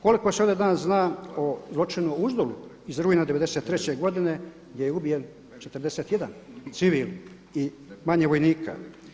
Koliko se ovdje danas zna o zločinu u Uzdolu iz rujna '93. godine gdje je ubijen 41 civil i manje vojnika.